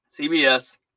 CBS